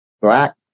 Black